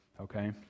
Okay